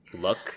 look